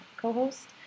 co-host